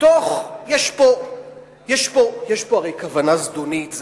יש פה הרי כוונה זדונית.